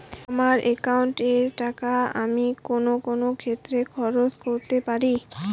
আমার একাউন্ট এর টাকা আমি কোন কোন ক্ষেত্রে খরচ করতে পারি?